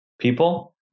people